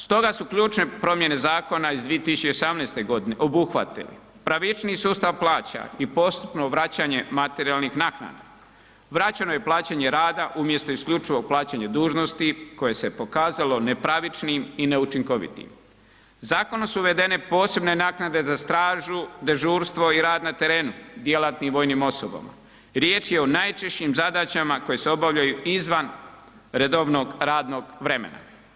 Stoga su ključne promjene zakona iz 2018.g. obuhvatili pravičniji sustav plaća i postupno vraćanje materijalnih naknada, vraćeno je plaćanje rada umjesto isključivog plaćanja dužnosti koje se pokazalo nepravičnim i neučinkovitim, zakonom su uvedene posebne naknade za stražu, dežurstvo i rad na terenu djelatnim vojnim osobama, riječ je o najčešćim zadaćama koje se obavljaju izvan redovnog radnog vremena.